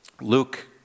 Luke